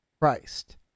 christ